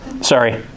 Sorry